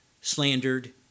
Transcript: slandered